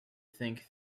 think